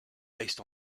based